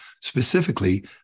specifically